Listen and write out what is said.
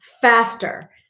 faster